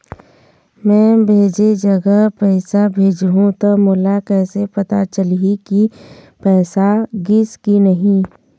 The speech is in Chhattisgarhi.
मैं भेजे जगह पैसा भेजहूं त मोला कैसे पता चलही की पैसा गिस कि नहीं?